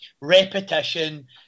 repetition